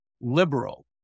liberal